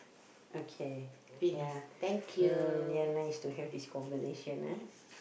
okay ya mm ya nice to have this conversation ah